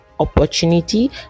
opportunity